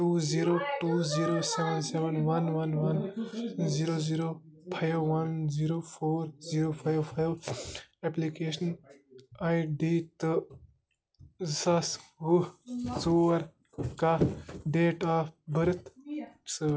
two zero two zero seven one one one zero zero five one zero four zero five five application I D تہٕ زٕ ساس وُہ ژور کاہ date of birth سۭتۍ